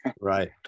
right